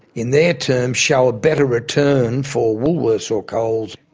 in their terms, show a better return for woolworths or coles,